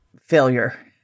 failure